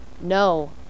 No